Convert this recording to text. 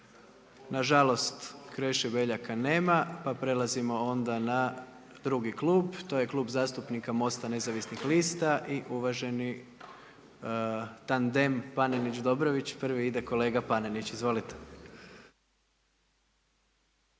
Na žalost Kreše Beljaka nema, pa prelazimo onda na drugi klub. To je Klub zastupnika MOST-a nezavisnih lista i uvaženi tandem Panenić – Dobrović. Prvi ide kolega Panenić, izvolite.